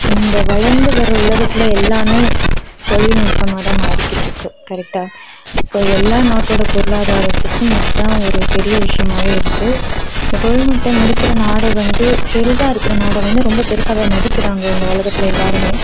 இந்த வளர்ந்து வர உலகத்தில் எல்லாமே தொழில்நுட்பமாதான் மாறிக்கிட்டுருக்கு கரெக்டா ஸோ எல்லா நாட்டோடய பொருளாதாரத்துக்கும் இதுதான் ஒரு பெரிய விஷயமாவே இருக்குது இந்த தொழில்நுட்பம் இருக்கிற நாடை வந்து பெருசாக இருக்கிற நாடை வந்து ரொம்ப பெருசாவே மதிக்கிறாங்க இந்த உலகத்தில் எல்லாருமே